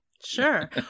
Sure